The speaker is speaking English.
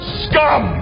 scum